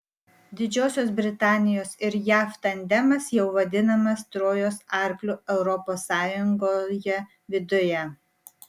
didžiosios britanijos ir jav tandemas jau vadinamas trojos arkliu europos sąjungoje viduje